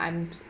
I'm